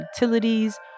utilities